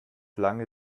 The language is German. lange